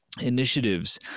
initiatives